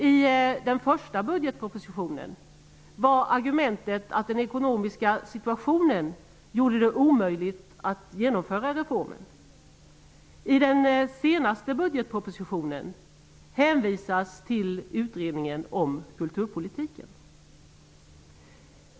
I den första budgetpropositionen var argumentet att den ekonomiska situationen gjorde det omöjligt att genomföra reformen. I den senaste budgetpropositionen hänvisas till utredningen om kulturpolitiken.